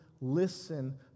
listen